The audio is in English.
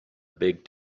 big